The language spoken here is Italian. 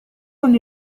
con